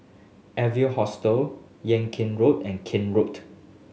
Evans Hostel Yung Kuang Road and Kent Road